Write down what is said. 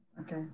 Okay